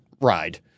ride